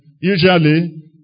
usually